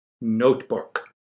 notebook